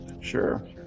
Sure